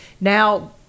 now